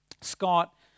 scott